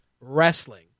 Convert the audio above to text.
wrestling